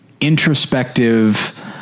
introspective